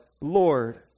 Lord